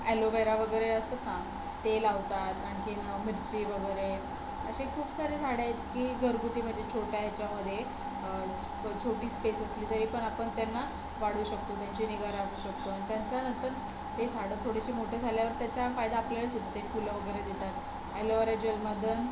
aloe vera वगैरे असतात ना ते लावतात आणखीन मिरची वगैरे असे खूप सारे झाडं आहेत की घरगुतीमध्ये छोट्या ह्याच्यामध्ये छोटी स्पेस असली तरी पण आपण त्यांना वाढवू शकतो त्यांची निगा राखू शकतो त्यांचा नंतर ते झाडं थोडीशी मोठी झाल्यावर त्याचा फायदा आपल्यालाच होतो फुलं वगैरे देतात ॲलोवेरा जेलमधून